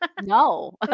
no